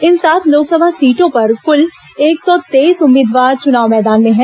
इन सात लोकसभा सीटों पर कुल एक सौ तेईस उम्मीदवार चुनाव मैदान में हैं